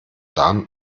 darm